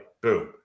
Boom